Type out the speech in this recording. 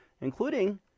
including